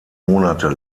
monate